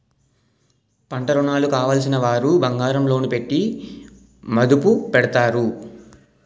పంటరుణాలు కావలసినవారు బంగారం లోను పెట్టి మదుపు పెడతారు